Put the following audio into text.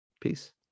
peace